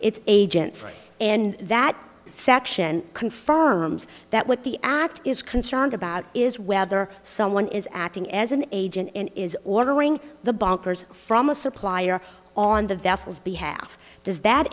its agents and that section confirms that what the act is concerned about is whether someone is acting as an agent and is ordering the bankers from a supplier on the vessels behalf does that